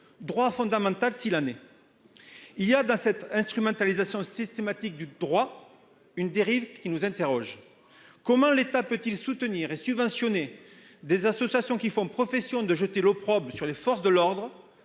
droit fondamental s'il en est. Il y a, dans cette instrumentalisation systématique du droit, une dérive qui interroge. Comment l'État peut-il soutenir et subventionner des associations faisant profession de jeter l'opprobre sur les forces de l'ordre,